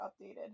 updated